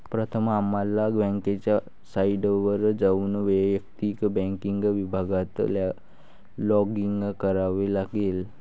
प्रथम आम्हाला बँकेच्या साइटवर जाऊन वैयक्तिक बँकिंग विभागात लॉगिन करावे लागेल